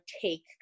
take